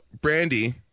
Brandy